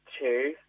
two